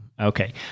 Okay